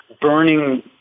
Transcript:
burning